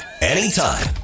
anytime